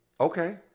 okay